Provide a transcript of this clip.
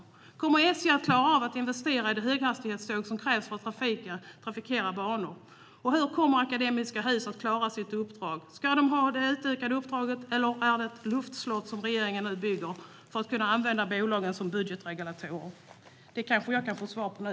Kommer SJ att klara av att investera i de höghastighetståg som krävs för att trafikera banorna? Och hur kommer Akademiska Hus att klara av sitt uppdrag - ska man ha det utökade uppdraget, eller är det ett luftslott som regeringen nu bygger för att kunna använda bolagen som budgetregulatorer? Det kanske jag kan få svar på nu.